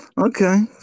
Okay